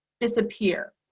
disappear